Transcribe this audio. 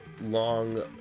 long